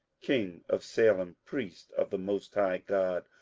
king of salem, priest of the most high god,